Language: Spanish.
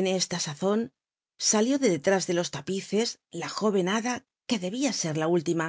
en csla sazon salió de detrús de los lapices la jói'cil hada c ue tlcbia ser la úllima